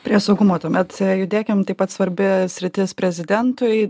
prie saugumo tuomet judėkim taip pat svarbi sritis prezidentui